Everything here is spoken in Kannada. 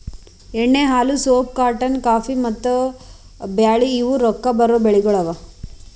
ಎಣ್ಣಿ, ಹಾಲು, ಸೋಪ್, ಕಾಟನ್, ಕಾಫಿ, ಹಣ್ಣು, ಮತ್ತ ಬ್ಯಾಳಿ ಇವು ರೊಕ್ಕಾ ಬರೋ ಬೆಳಿಗೊಳ್ ಅವಾ